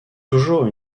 toujours